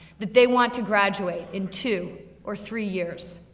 that they want to graduate in two or three years,